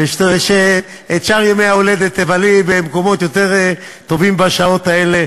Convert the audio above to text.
ושאת שאר ימי ההולדת תבלי במקומות יותר טובים בשעות האלה.